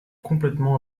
complètement